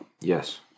Yes